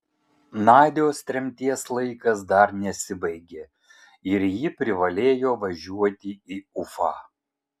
nadios tremties laikas dar nesibaigė ir ji privalėjo važiuoti į ufą